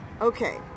Okay